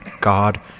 God